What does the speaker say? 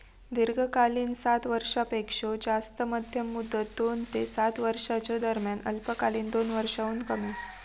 दीर्घकालीन सात वर्षांपेक्षो जास्त, मध्यम मुदत दोन ते सात वर्षांच्यो दरम्यान, अल्पकालीन दोन वर्षांहुन कमी